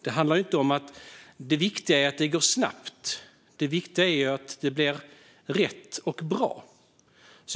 Det handlar inte om att det viktiga är att det går snabbt. Det viktiga är att det blir rätt och bra.